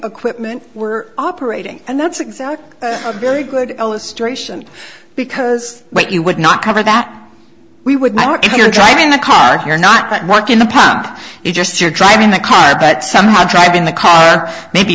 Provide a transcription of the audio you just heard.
equipment were operating and that's exactly very good illustration because what you would not cover that we would not want if you're driving a car you're not at work in the pump you just you're driving the car but somehow driving the car or maybe